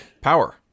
power